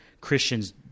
Christians—